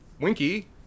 Winky